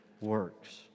works